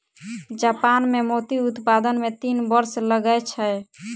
Japan मे मोती उत्पादन मे तीन वर्ष लगै छै